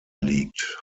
liegt